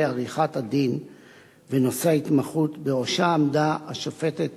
עריכת-הדין ונושא ההתמחות שבראשה עמדה השופטת